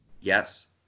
Yes